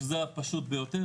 שזה הפשוט ביותר,